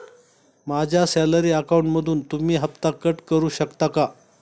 माझ्या सॅलरी अकाउंटमधून तुम्ही हफ्ता कट करू शकता का?